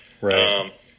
Right